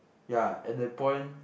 ya at that point